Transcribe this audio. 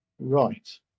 Right